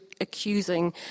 accusing